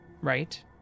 right